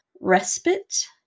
respite